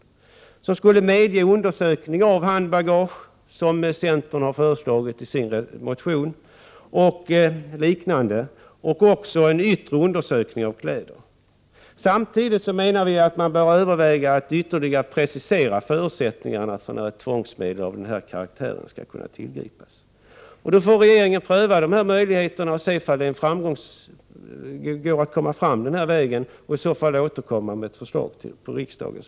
Bestämmelsen skulle bl.a. medge undersökning av handbagage — vilket centern föreslagit i sin motion — och också en yttre undersökning av kläder. Samtidigt menar vi att man bör överväga att ytterligare precisera förutsättningarna för att tvångsmedel av den här karaktären skall kunna tillgripas. Regeringen får då pröva dessa möjligheter och se om denna väg är framkomlig och i så fall återkomma med ett förslag till riksdagen.